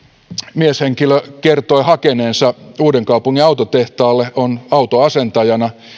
mieshenkilö kertoi hakeneensa uudenkaupungin autotehtaalle on autonasentajana